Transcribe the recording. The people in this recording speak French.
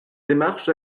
démarches